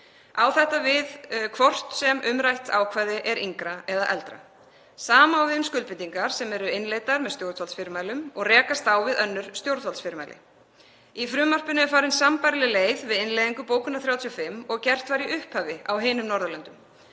Á þetta við hvort sem umrætt ákvæði er yngra eða eldra. Sama á við um skuldbindingar sem eru innleiddar með stjórnvaldsfyrirmælum og rekast á við önnur stjórnvaldsfyrirmæli. Í frumvarpinu er farin sambærileg leið við innleiðingu bókunar 35 og gert var í upphafi á hinum Norðurlöndunum,